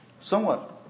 somewhat